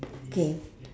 okay